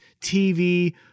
TV